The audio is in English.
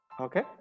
Okay